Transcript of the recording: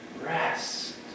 rest